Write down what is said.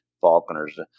falconers